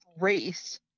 race